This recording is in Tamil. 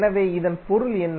எனவே இதன் பொருள் என்ன